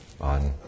on